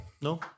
No